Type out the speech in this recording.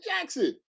Jackson